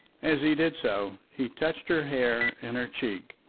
as he did so he touched her hair and her cheek,